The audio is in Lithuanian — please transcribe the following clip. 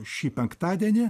šį penktadienį